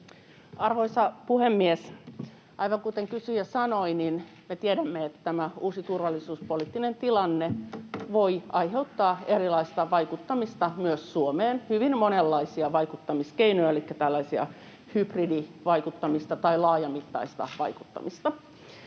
Arvoisa puhemies! Aivan kuten kysyjä sanoi, niin me tiedämme, että tämä uusi turvallisuuspoliittinen tilanne voi aiheuttaa erilaista vaikuttamista myös Suomeen, hyvin monenlaisia vaikuttamiskeinoja elikkä tällaista hybridivaikuttamista tai laajamittaista vaikuttamista.